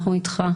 אנחנו איתך.